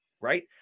right